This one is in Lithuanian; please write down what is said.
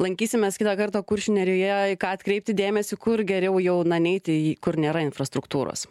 lankysimės kitą kartą kuršių nerijoje į ką atkreipti dėmesį kur geriau jau na neiti į kur nėra infrastruktūros